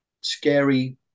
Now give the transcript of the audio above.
scary